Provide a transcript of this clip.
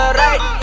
right